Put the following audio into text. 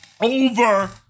over